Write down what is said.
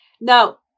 Now